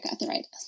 arthritis